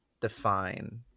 define